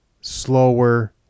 slower